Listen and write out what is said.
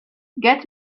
get